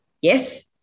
Yes